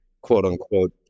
quote-unquote